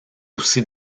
aussi